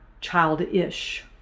childish